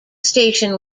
station